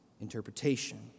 interpretation